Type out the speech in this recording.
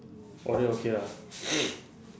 oh then okay lah